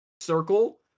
circle